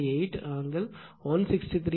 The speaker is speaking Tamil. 8 ஆங்கிள் 163